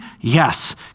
Yes